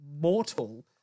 Mortal